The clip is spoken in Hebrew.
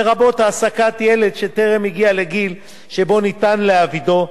לרבות העסקת ילד שטרם הגיע לגיל שבו ניתן להעבידו,